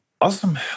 Awesome